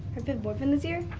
her fifth boyfriend this year?